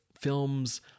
film's